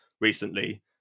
recently